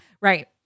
Right